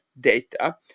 data